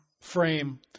frame